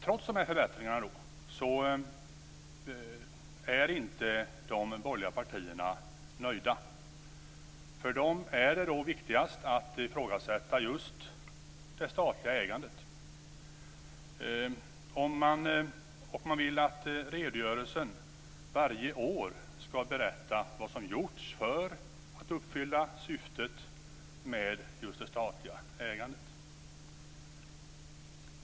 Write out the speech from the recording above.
Trots dessa förbättringar är inte de borgerliga partierna nöjda. För dem är det viktigast att ifrågasätta just det statliga ägandet. Man vill att det i redogörelsen varje år skall berättas vad som gjorts för att uppfylla syftet med det statliga ägandet.